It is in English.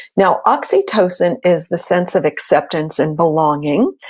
now, oxytocin is the sense of acceptance and belonging,